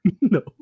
No